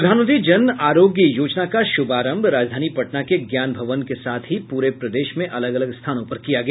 प्रधानमंत्री जन आरोग्य योजना का श्रभारंभ राजधानी पटना के ज्ञान भवन के साथ पूरे प्रदेश में अलग अलग स्थानों पर किया गया